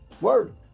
word